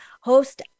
host